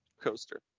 coaster